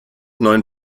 neuen